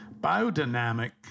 Biodynamic